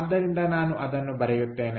ಆದ್ದರಿಂದ ನಾನು ಅದನ್ನು ಬರೆಯುತ್ತೇನೆ